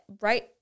right